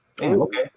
Okay